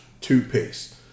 toothpaste